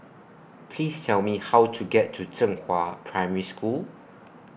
Please Tell Me How to get to Zhenghua Primary School